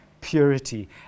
purity